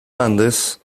andes